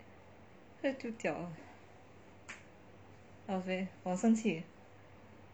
会丢掉 I was ver~ 我很生气